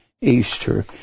Easter